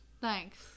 Thanks